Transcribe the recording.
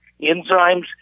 enzymes